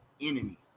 Enemy